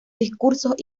discursos